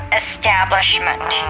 establishment